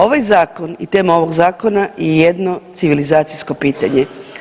Ovaj Zakon i tema ovog Zakona je jedno civilizacijsko pitanje.